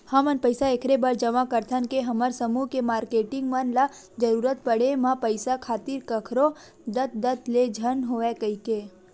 हमन पइसा ऐखरे बर जमा करथन के हमर समूह के मारकेटिंग मन ल जरुरत पड़े म पइसा खातिर कखरो दतदत ले झन होवय कहिके